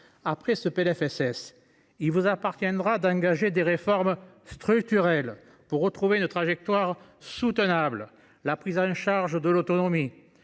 de ce PLFSS, il vous appartiendra d’engager des réformes structurelles pour retrouver une trajectoire soutenable. La prise en charge de l’autonomie,